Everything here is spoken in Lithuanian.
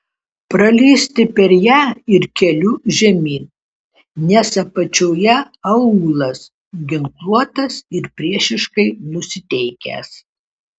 pralįsti per ją ir keliu žemyn nes apačioje aūlas ginkluotas ir priešiškai nusiteikęs